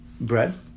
bread